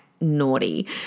naughty